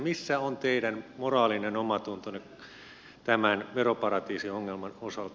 missä on teidän moraalinen omatuntonne tämän veroparatiisiongelman osalta